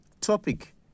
Topic